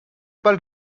pas